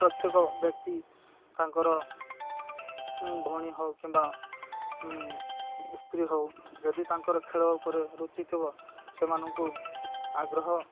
ପ୍ରତ୍ୟେକ ବ୍ୟକ୍ତି ତାଙ୍କର ଭଉଣୀ ହଉ କିମ୍ବା ସ୍ତ୍ରୀ ହଉ ଯଦି ତାଙ୍କର ଖେଳ ଉପରେ ରୁଚି ଥିବ ସେମାନଙ୍କୁ ଆଗ୍ରହ